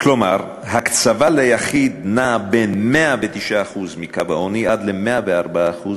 כלומר הקצבה ליחיד נעה מ-109% מקו העוני עד 114%